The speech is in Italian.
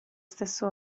stesso